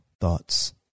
thoughts